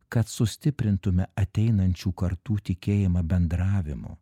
kad sustiprintume ateinančių kartų tikėjimą bendravimu